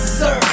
sir